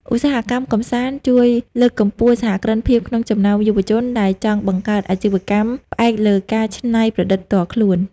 ឧស្សាហកម្មកម្សាន្តជួយលើកកម្ពស់សហគ្រិនភាពក្នុងចំណោមយុវជន ដែលចង់បង្កើតអាជីវកម្មផ្អែកលើការច្នៃប្រឌិតផ្ទាល់ខ្លួន។